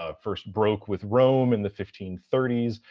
ah first broke with rome in the fifteen thirty s,